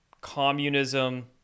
communism